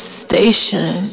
station